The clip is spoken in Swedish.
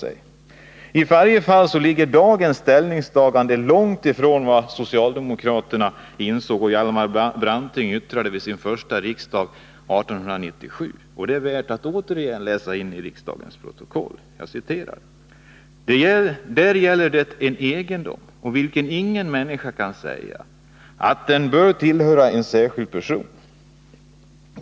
I varje fall ligger dagens ställningstagande långt ifrån vad socialdemokraterna på Hjalmar Brantings tid insåg. Det Hjalmar Branting yttrade vid sin första riksdag 1897 är värt att återigen läsas in i riksdagens protokoll: ”Där gäller det en egendom, om vilken ingen människa kan säga, att den bör tillhöra en enskild person.